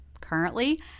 Currently